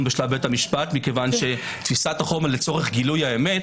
בשלב בית המשפט מכיוון שתפיסת החומר לצורך גילוי האמת